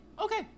Okay